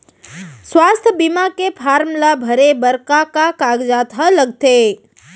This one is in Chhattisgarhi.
स्वास्थ्य बीमा के फॉर्म ल भरे बर का का कागजात ह लगथे?